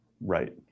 right